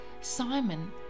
Simon